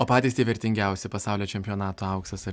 o patys tie vertingiausi pasaulio čempionato auksas ar